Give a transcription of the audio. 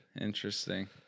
Interesting